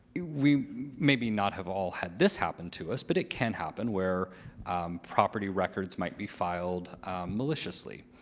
we maybe not have all had this happen to us, but it can happen where property records might be filed maliciously.